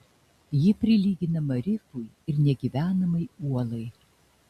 ji prilyginama rifui ir negyvenamai uolai